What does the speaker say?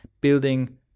building